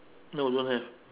no don't have